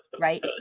right